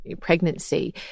pregnancy